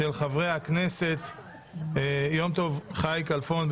של ח"כ יום טוב חי כלפון,